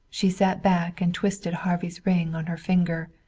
she sat back and twisted harvey's ring on her finger,